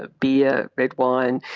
ah beer, red wine,